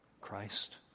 Christ